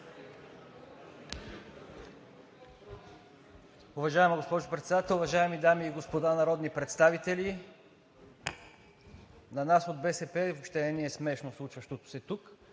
Уважаема госпожо Председател, уважаеми дами и господа народни представители! На нас от БСП въобще не ни е смешно случващото се тук,